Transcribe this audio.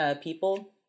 people